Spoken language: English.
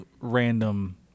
random